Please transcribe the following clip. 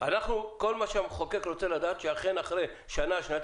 כל מה שהמחוקק רוצה לדעת שאכן אחרי שנתיים,